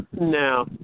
No